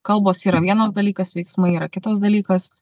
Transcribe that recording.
kalbos yra vienas dalykas veiksmai yra kitas dalykas